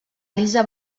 lisa